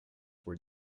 were